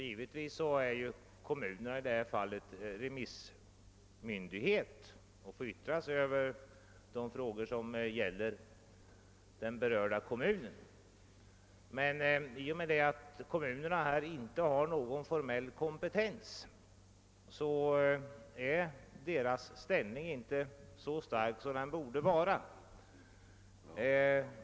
Givetvis är kommunerna i detta fall remissmyndigheter som får yttra sig över de frågor som gäller den berörda kommunen. Men i och med att kompetensförhållandena för den kommunala miljöpolitiken inte är klarlagda är kommunernas ställning inte så stark som den borde vara.